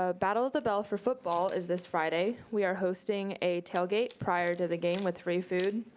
ah battle of the bell for football is this friday. we are hosting a tailgate prior to the game with free food,